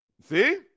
See